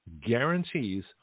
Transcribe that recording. guarantees